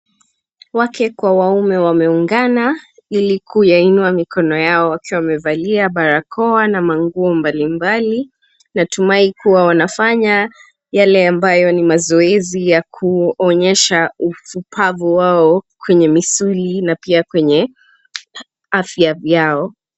Wake kwa waume wameungana ili kuyainua mikono yao, wakiwa wamevalia barakoa na manguo mbalimbali. Natumai kuwa wanafanya yale ambayo ni mazoezi ya kuonyesha ufupavu wao kwenye misuli na pia kwenye afya yao.